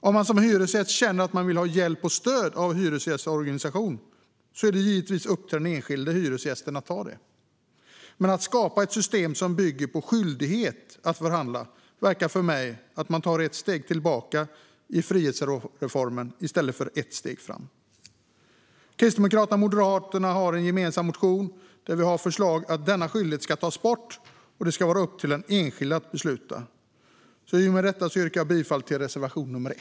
Om man som hyresgäst känner att man vill ha hjälp och stöd av en hyresgästorganisation är det givetvis upp till den enskilda hyresgästen att ta emot det, men att skapa ett system som bygger på skyldighet att förhandla verkar för mig vara att ta ett steg tillbaka i frihetsreformen, i stället för ett steg framåt. Kristdemokraterna och Moderaterna har en gemensam motion där vårt förslag är att denna skyldighet ska tas bort. Det ska i stället vara upp till den enskilde att besluta. Med detta yrkar jag bifall till reservation 1.